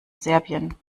serbien